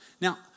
Now